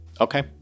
Okay